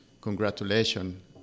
congratulations